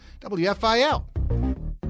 WFIL